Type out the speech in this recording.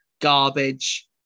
garbage